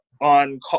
on